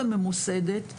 שנבנו בצורה מוסדית וממוסדת,